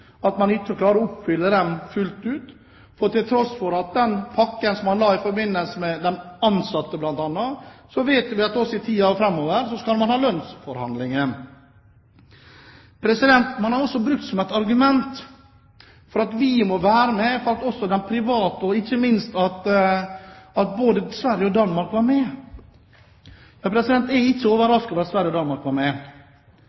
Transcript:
fullt ut. Til tross for den pakken man la fram i forhold til bl.a. de ansatte, vet vi at man også i tiden framover skal ha lønnsforhandlinger. Man har også brukt som et argument for at vi må være med at også de private og ikke minst både Sverige og Danmark er med. Jeg er ikke overrasket over at Sverige og Danmark er med. La oss se på selskapets struktur, og hvordan selskapet er